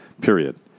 Period